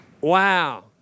Wow